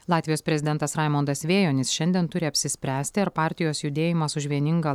latvijos prezidentas raimundas vėjonis šiandien turi apsispręsti ar partijos judėjimas už vieningą